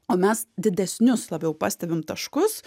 o mes didesnius labiau pastebim taškus